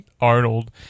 Arnold